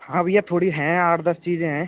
हाँ भइया थोड़ी हैं आठ दस चीज़ें हैं